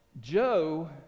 Joe